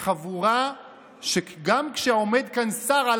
זאת חבורה שבה גם כשעומד כאן שר על